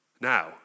Now